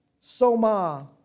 Soma